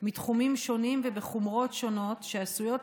מתחומים שונים ובחומרות שונות שעשויות